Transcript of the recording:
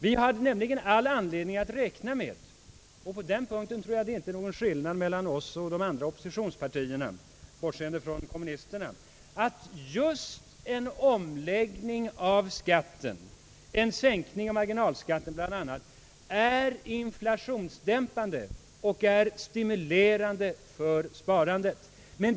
Vi hade nämligen all anledning att räkna med — på den punkten tror jag inte att det är någon skillnad mellan oss och de andra oppositionspartierna, bortsett från kommunisterna — att just en omläggning av skatten, bl.a. en sänkning av marginalskatten, är inflationsdämpande och stimulerande för sparandet.